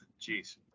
jeez